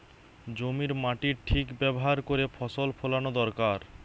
জমির মাটির ঠিক ব্যাভার কোরে ফসল ফোলানো দোরকার